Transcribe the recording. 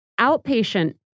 outpatient